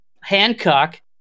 Hancock